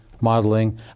modeling